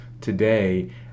today